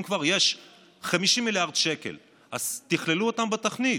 אם כבר יש 50 מיליארד שקל אז תכללו אותם בתוכנית,